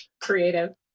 creative